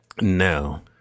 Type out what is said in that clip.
No